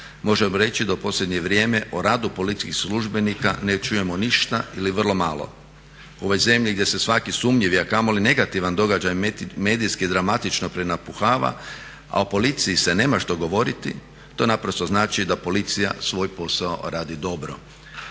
možemo reći da u posljednje vrijeme o radu policijskih službenika ne čujemo ništa ili vrlo malo. U ovoj zemlji gdje se svaki sumnjivi a kamoli negativan događaj medijski dramatično prenapuhava a o policiji se nema što govoriti to naprosto znači da policija svoj posao radi dobro.